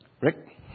Rick